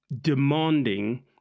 demanding